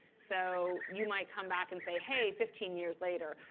so you might come back and say, hey, fifteen years later.